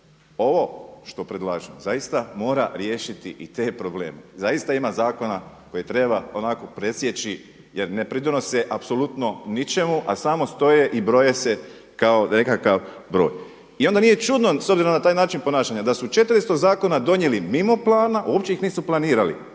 ovo što predlažem zaista mora riješiti i te probleme, zaista ima zakona koje treba onako presjeći jer ne pridonose apsolutno ničemu, a samo stoje i broje se kao nekakav broj. I onda nije čudno s obzirom na taj način ponašanja da su 400 zakona donijeli mimo plana, uopće ih nisu planirali